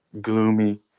gloomy